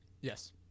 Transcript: Yes